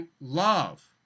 love